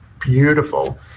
beautiful